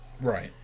Right